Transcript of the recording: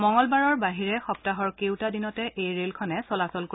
মঙলবাৰৰ বাহিৰে সপ্তাহৰ কেওটা দিনতে এই ৰেলখনে চলাচল কৰিব